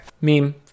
Meme